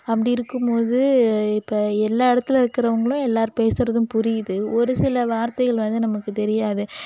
அப்படி இருக்கும்போது இப்போ எல்லா இடத்தில் இருக்கிறவங்களும் எல்லார் பேசுவதும் புரியுது ஒரு சில வார்த்தைகள் வந்து நமக்கு தெரியாது